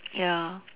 ya